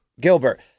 Gilbert